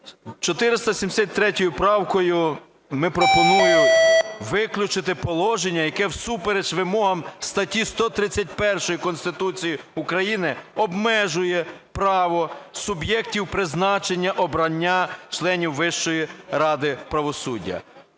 473 правкою я пропоную виключити положення, яке всупереч вимогам статті 131 Конституції України обмежує право суб'єктів призначення обрання членів Вищої ради правосуддя.